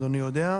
אדוני יודע.